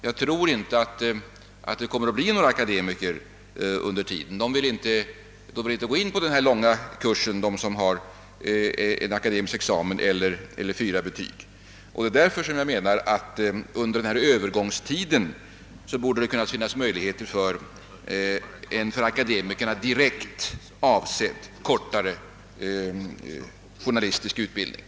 Jag tror inte att några akademiker eller studenter med fyra betyg under tiden kommer att gå denna långa kurs. Det är därför jag anser att det under denna övergångstid borde finnas möjligheter till en för akademiker speciellt avsedd kortare journalistisk utbildning.